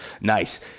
Nice